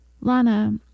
Lana